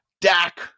Dak